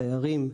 דיירים,